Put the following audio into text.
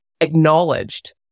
acknowledged